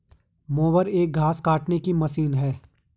mower एक घास काटने की मशीन है